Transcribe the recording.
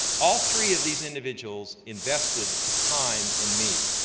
all three of these individuals invested time in me.